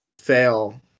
fail